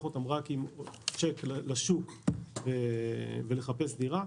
אותן רק עם צ'ק לשוק כדי לחפש דירה,